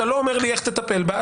אתה לא אומר לי איך תטפל בה,